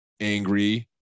angry